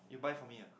you buy for me ah